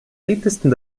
ältesten